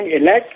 elect